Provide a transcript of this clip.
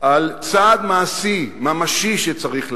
על צעד מעשי, ממשי, שצריך לעשות,